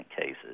cases